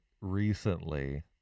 recently